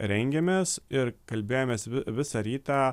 rengėmės ir kalbėjomės visą rytą